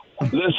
Listen